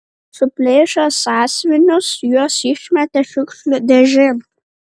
suplėšę sąsiuvinius juos išmetė šiukšlių dėžėn